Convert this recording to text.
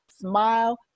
smile